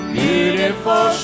beautiful